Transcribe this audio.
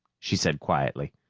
she said quietly.